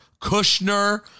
Kushner